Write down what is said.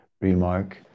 remark